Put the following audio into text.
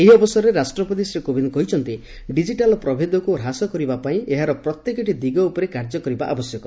ଏହି ଅବସରରେ ରାଷ୍ଟପତି ଶ୍ରୀ କୋବିନ୍ କହିଛନ୍ତି ଡିଜିଟାଲ୍ ପ୍ରଭେଦକୁ ହ୍ରାସ କରିବାପାଇଁ ଏହାର ପ୍ରତ୍ୟେକଟି ଦିଗ ଉପରେ କାର୍ଯ୍ୟ କରିବା ଆବଶ୍ୟକ